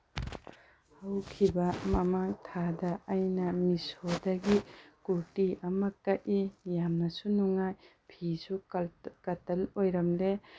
ꯍꯧꯈꯤꯕ ꯃꯃꯥꯡ ꯊꯥꯗ ꯑꯩꯅ ꯃꯤꯁꯣꯗꯒꯤ ꯀꯨꯔꯇꯤ ꯑꯃ ꯀꯛꯏ ꯌꯥꯝꯅꯁꯨ ꯅꯨꯡꯉꯥꯏ ꯐꯤꯁꯨ ꯀꯠꯇꯟ ꯑꯣꯏꯔꯝꯂꯦ